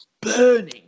burning